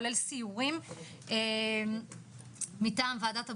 כולל סיורים מטעם ועדת הבריאות.